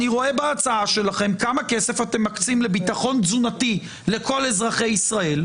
אני רואה בהצעה שלכם כמה כסף אתם מקצים לביטחון תזונתי לכל אזרחי ישראל,